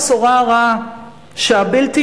הבשורה הרעה שהבלתי-ייאמן,